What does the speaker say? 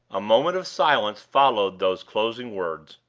a moment of silence followed those closing words.